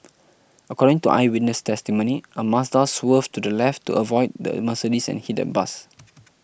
according to eyewitness testimony a Mazda swerved to the left to avoid the Mercedes and hit a bus